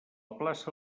plaça